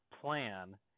plan